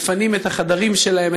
מפנים את החדרים שלהם,